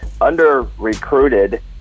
under-recruited